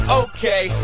okay